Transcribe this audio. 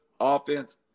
offense